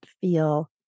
feel